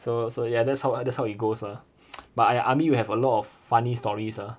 so so yeah that's how I that's how it goes ah but I army you have a lot of funny stories ah